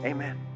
Amen